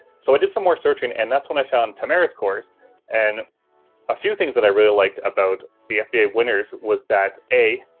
so i did some more searching and that's when i found tamara's course and a few things that i really liked about the fba winners was that a,